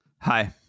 Hi